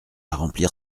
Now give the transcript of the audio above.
remplir